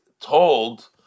told